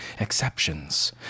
exceptions